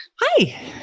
Hi